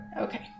Okay